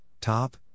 top